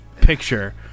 picture